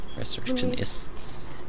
Resurrectionists